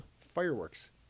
Fireworks